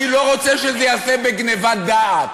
אני לא רוצה שזה ייעשה בגנבת דעת.